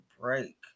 break